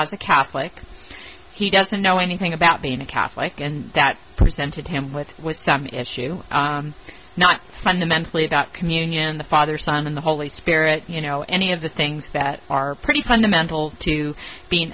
a catholic he doesn't know anything about being a catholic and that presented him with was some issue not fundamentally about communion the father son and the holy spirit you know any of the things that are pretty fundamental to being